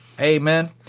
Amen